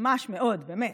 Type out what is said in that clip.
ממש מאוד, באמת.